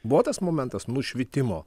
buvo tas momentas nušvitimo